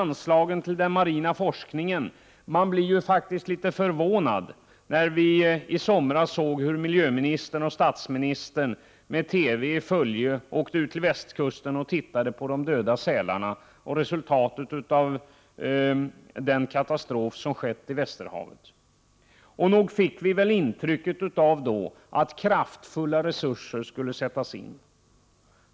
Anslagen till den marina forskningen behöver höjas. Vi blev litet förvånade när vi i somras såg hur miljöministern och statsministern med TV-bevakning i följe åkte till västkusten och såg på de döda sälarna och resultatet av den katastrof som skett i Västerhavet. Nog fick vi väl då intrycket av att kraftfulla resurser skulle sättas in.